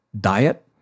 diet